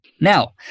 Now